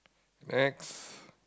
next